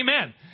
Amen